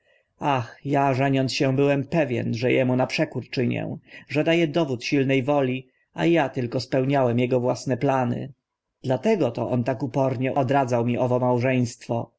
a żeniąc się byłem pewien że emu na przekór czynię że da ę dowód silne woli a a tylko spełniałem ego własne plany dlatego to on tak upornie odradzał mi owo małżeństwo